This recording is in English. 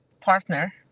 partner